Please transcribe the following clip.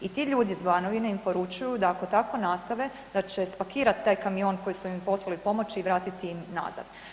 I ti ljudi s Banovine im poručuju da ako tako nastave da će spakirati taj kamion koji su im poslali pomoći i vratiti im nazad.